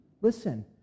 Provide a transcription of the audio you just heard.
Listen